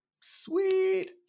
sweet